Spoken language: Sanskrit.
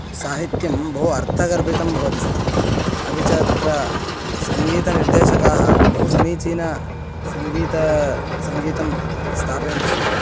साहित्यं बहु अर्थगर्भितं भवति स्म अपि च तत्र सङ्गीतनिर्देशकाः बहु समीचीनसङ्गीत सङ्गीतं स्थापयन्ति स्म